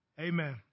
Amen